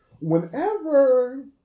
Whenever